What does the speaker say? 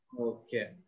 Okay